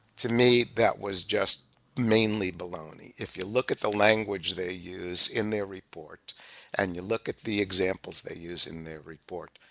to me that was just mainly baloney. if you look at the language they use in their report and you look at the examples they use in their report,